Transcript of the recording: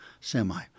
semi